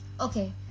okay